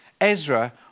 Ezra